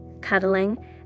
Cuddling